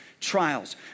trials